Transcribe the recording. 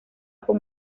con